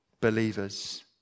believers